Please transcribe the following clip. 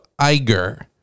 Iger